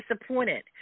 disappointed